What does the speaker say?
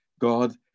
God